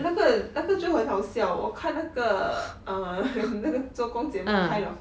那个那个就很好笑我看那个 um 那个周公解梦 kind of